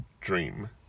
Dream